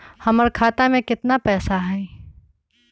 हमर खाता में केतना पैसा हई?